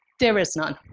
there is none.